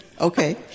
Okay